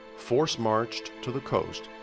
force marched to the coast,